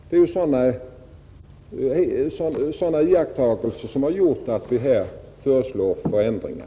Det är sådana iakttagelser som har gjort att vi här föreslår förändringar.